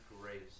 grace